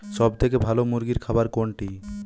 সবথেকে ভালো মুরগির খাবার কোনটি?